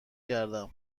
کردم